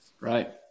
right